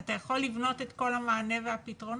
אתה יכול לבנות את כל המענה והפתרונות.